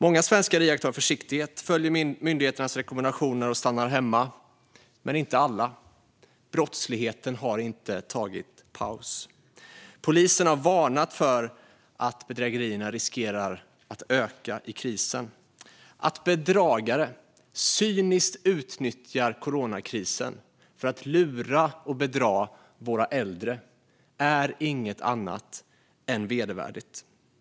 Många svenskar iakttar försiktighet, följer myndigheternas rekommendationer och stannar hemma. Men inte alla - brottsligheten har inte tagit paus. Polisen har varnat för att bedrägerierna riskerar att öka i krisen och att bedragare cyniskt utnyttjar coronakrisen för att lura och bedra våra äldre. Det är inget annat än vedervärdigt.